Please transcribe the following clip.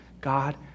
God